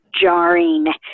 jarring